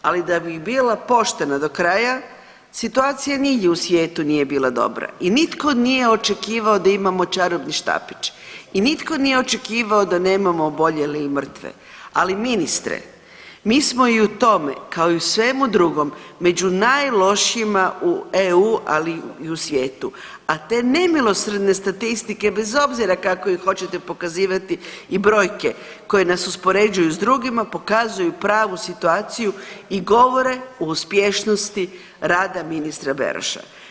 Ali da bih bila poštena do kraja situacija nigdje u svijetu nije bila dobra i nitko nije očekivao da imamo čarobni štapić i nitko nije očekivao da nemamo oboljele i mrtve, ali ministre mi smo i u tome kao i u svemu drugom među najlošijima u EU, ali i u svijetu, a te nemilosrdne statistike bez obzira kako ih hoćete pokazivati i brojke koje nas uspoređuju s drugima pokazuju pravu situaciju i govore o uspješnosti rada ministra Beroša.